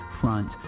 front